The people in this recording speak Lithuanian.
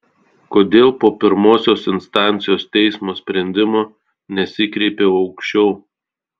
kodėl po pirmosios instancijos teismo sprendimo nesikreipiau aukščiau